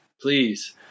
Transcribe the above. Please